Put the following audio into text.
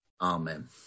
Amen